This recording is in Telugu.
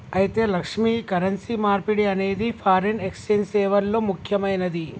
అయితే లక్ష్మి, కరెన్సీ మార్పిడి అనేది ఫారిన్ ఎక్సెంజ్ సేవల్లో ముక్యమైనది